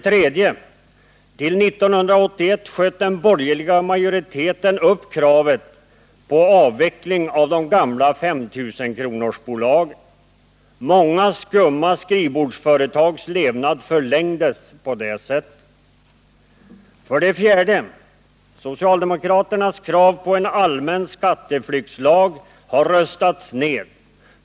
Till 1981 sköt den borgerliga majoriteten upp kravet på avveckling av de gamla 5 000-kronorsbolagen. Många skumma skrivbordsföretags levnad förlängdes därmed. 4. Socialdemokraternas krav på en allmän skatteflyktslag har röstats ned.